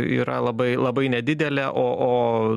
yra labai labai nedidelė o o